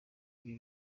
ibi